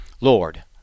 Lord